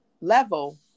level